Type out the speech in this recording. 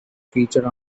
featured